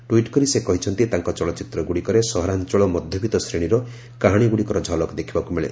tweet କରି ସେ କହିଛନ୍ତି ତାଙ୍କ ଚଳଚ୍ଚିତ୍ରଗୁଡ଼ିକରେ ସହରାଞ୍ଚଳ ମଧ୍ୟବିତ ଶ୍ରେଣୀର କାହାଣୀଗୁଡ଼ିକର ଝଲକ ଦେଖିବାକୁ ମିଳେ